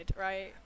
right